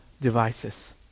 devices